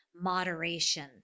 moderation